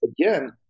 again